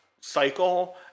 cycle